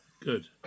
Good